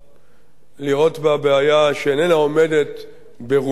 לראות בה בעיה שאיננה עומדת ברומו של עולם,